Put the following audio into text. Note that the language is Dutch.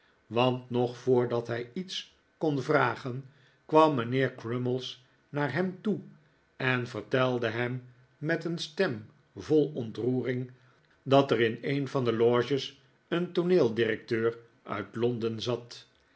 want nog voordat hij iets kon vragen kwam mijnheer crummies naar hem toe en vertelde hem met een stem vol ontroering dat er in een van de loges een tooneeldirecteur uit londen zat